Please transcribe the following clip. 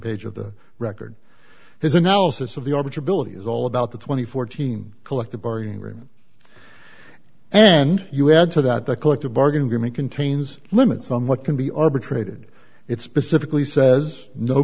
page of the record his analysis of the orbiter ability is all about the two thousand and fourteen collective bargaining agreement and you add to that the collective bargaining agreement contains limits on what can be arbitrated it's specifically says no